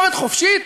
חבר הכנסת פרי,